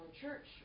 church